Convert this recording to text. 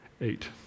eight